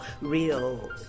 real